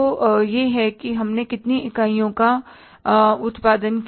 तो यह है कि हमने कितनी इकाइयों का उत्पादन किया